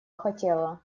хотело